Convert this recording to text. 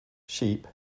sheep